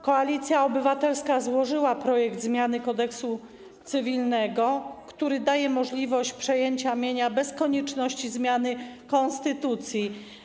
Koalicja Obywatelska złożyła projekt zmiany Kodeksu cywilnego, który daje możliwość przejęcia mienia bez konieczności zmiany konstytucji.